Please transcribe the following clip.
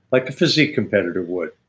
like a physique competitor would.